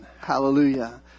Hallelujah